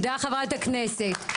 תודה חברת הכנסת,